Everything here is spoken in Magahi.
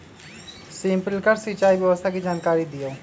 स्प्रिंकलर सिंचाई व्यवस्था के जाकारी दिऔ?